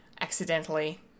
accidentally